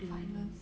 violence